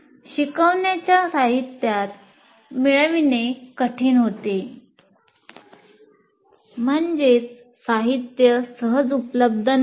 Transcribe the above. शिकण्याचे साहित्य मिळवणे कठीण होते म्हणजे साहित्य सहज उपलब्ध नसतात